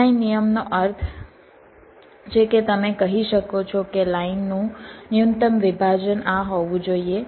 design નિયમનો અર્થ છે કે તમે કહી શકો છો કે લાઇનનું ન્યૂનતમ વિભાજન આ હોવું જોઈએ